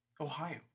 Ohio